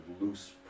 loose